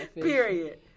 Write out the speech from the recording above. Period